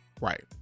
Right